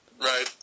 Right